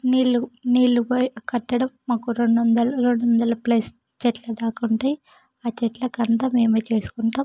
నీళ్ళు నీళ్ళపై కట్టడం మాకు రెండు వందలు రెండు వందల ప్లస్ చెట్ల దాకా ఉంటాయి ఆ చెట్లకు అంతా మేమే చేసుకుంటాం